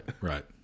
right